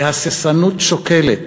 הססנות שוקלת